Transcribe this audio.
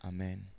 Amen